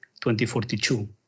2042